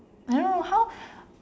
I don't know how